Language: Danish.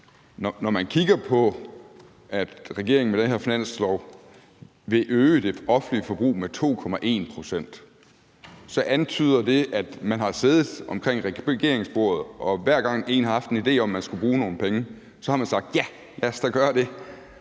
Når man kigger på, at regeringen med den her finanslov vil øge det offentlige forbrug med 2,1 pct., så antyder det, at man har siddet omkring regeringsbordet, og at man, hver gang en har haft en idé om, at man skulle bruge nogle penge, så har sagt: Ja, lad os da gøre det.